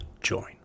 join